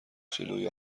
جلوی